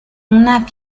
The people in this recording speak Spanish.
una